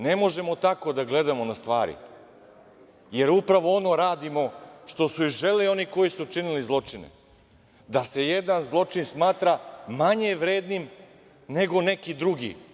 Ne možemo tako da gledamo na stvari, jer upravo ono radimo što su i želeli oni koji su činili zločine, da se jedan zločin smatra manje vrednim nego neki drugi.